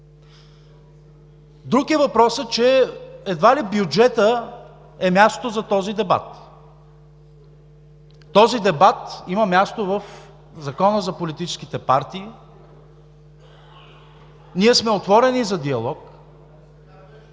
Друг е въпросът, че едва ли бюджетът е мястото за този дебат. Този дебат има място в Закона за политическите партии. Ние сме отворени за диалог,